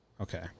Okay